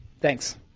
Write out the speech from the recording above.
Thanks